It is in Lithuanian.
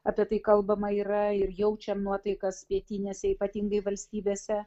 apie tai kalbama yra ir jaučiam nuotaikas pietinėse ypatingai valstybėse